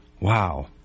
wow